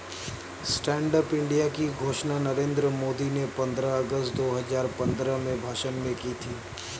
stand up India की घोषणा नरेंद्र मोदी ने पंद्रह अगस्त दो हजार पंद्रह में भाषण में की थी